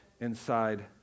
inside